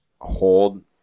hold